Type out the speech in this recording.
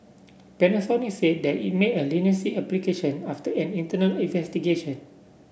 Panasonic said that it made a leniency application after an internal investigation